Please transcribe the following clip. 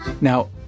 Now